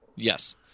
Yes